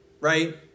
Right